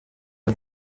azi